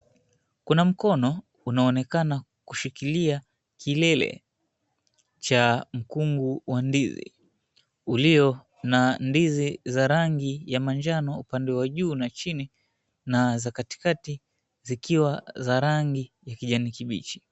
Kuna mkono unaonekana kushikilia kilele cha mkungu wa ndizi, ulio na ndizi za rangi ya manjano upande wa juu na chini na za katikati zikiwa za rangi ya kijani kibichi.